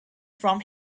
from